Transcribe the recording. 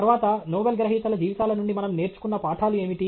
తర్వాత నోబెల్ గ్రహీతల జీవితాల నుండి మనం నేర్చుకున్న పాఠాలు ఏమిటి